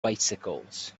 bicycles